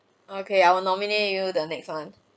okay I will nominate you the next one